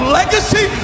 legacy